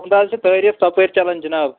تُہُنٛد حظ چھِ تعریٖف ژۄپٲرۍ چلان جِناب